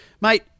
mate